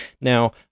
Now